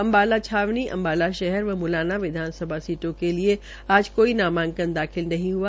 अम्बाला छावनी अम्बाला शहर व मुलाना विधानसभा सीटों के लिए अम्बाला के लिए आज कोई नामांकन दाखिल नहीं हआ